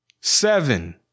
Seven